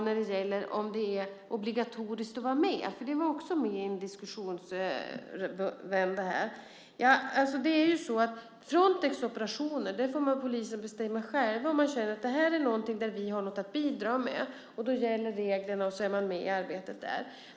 När det gäller om det är obligatoriskt att vara med - för det var också med i en diskussionsvända här - är det så att i Frontex operationer får polisen själv bestämma. Om de känner att det är något som de har att bidra med gäller reglerna, och man är med i arbetet där.